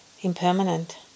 impermanent